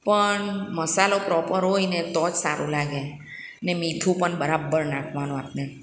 પણ મસાલો પ્રોપર હોય ને તો જ સારું લાગે ને મીઠું પણ બરાબર નાખવાનું આપણે